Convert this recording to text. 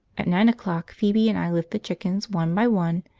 at nine o'clock phoebe and i lift the chickens one by one,